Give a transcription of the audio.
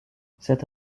cette